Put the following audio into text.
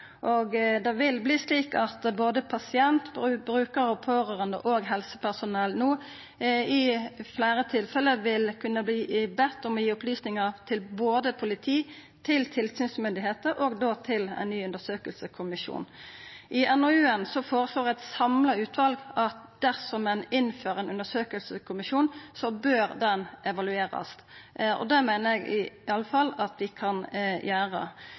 politi. Det vil verta slik at både pasient, brukar, pårørande og helsepersonell no i fleire tilfelle vil kunna verta bedt om å gi opplysningar til både politi, tilsynsmyndigheiter og ein ny undersøkingskommisjon. I NOU-en føreslår eit samla utval at dersom ein innfører ein undersøkingskommisjon, bør han evaluerast. Det meiner eg i alle fall at ein kan gjera.